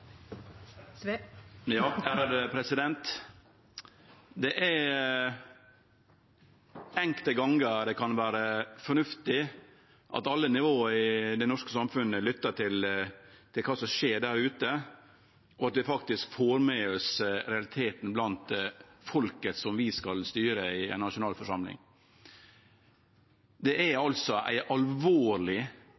norske samfunnet lyttar til kva som skjer der ute, og at vi faktisk får med oss realiteten blant folket vi skal styre, i ei nasjonalforsamling. Det er